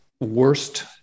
worst